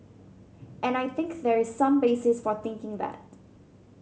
and I think there is some basis for thinking that